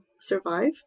survive